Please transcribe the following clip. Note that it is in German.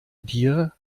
dir